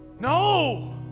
No